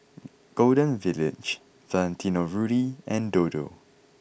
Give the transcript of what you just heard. Golden Village Valentino Rudy and Dodo